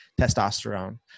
testosterone